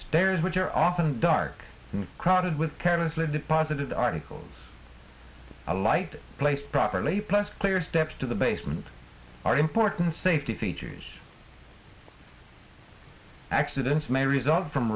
stairs which are often dark crowded with carelessly deposited articles a light placed properly plus clear steps to the basement are important safety features accidents may result from